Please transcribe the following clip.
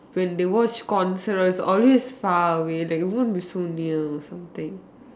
when they watch concerts always far away like it won't be so near or something